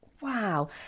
Wow